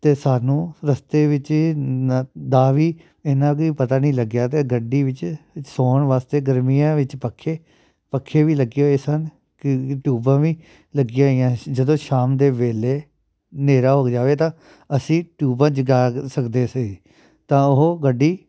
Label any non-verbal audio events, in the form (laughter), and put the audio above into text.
ਅਤੇ ਸਾਨੂੰ ਰਸਤੇ ਵਿੱਚ ਨ ਦਾ ਵੀ ਇਹਨਾਂ ਵੀ ਪਤਾ ਨਹੀਂ ਲੱਗਿਆ ਅਤੇ ਗੱਡੀ ਵਿੱਚ ਸੌਣ ਵਾਸਤੇ ਗਰਮੀਆਂ ਵਿੱਚ ਪੱਖੇ ਪੱਖੇ ਵੀ ਲੱਗੇ ਹੋਏ ਸਨ (unintelligible) ਟਿਊਬਾਂ ਵੀ ਲੱਗੀਆਂ ਹੋਈਆਂ ਜਦੋਂ ਸ਼ਾਮ ਦੇ ਵੇਲ਼ੇ ਹਨੇਰਾ ਹੋ ਜਾਵੇ ਤਾਂ ਅਸੀਂ ਟਿਊਬਾਂ ਜਗਾ ਸਕਦੇ ਸੀ ਤਾਂ ਉਹ ਗੱਡੀ